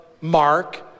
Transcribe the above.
Mark